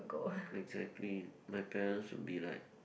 exactly my parents would be like